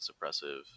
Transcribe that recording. suppressive